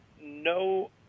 no